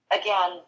again